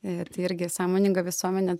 ir tai irgi sąmoninga visuomenė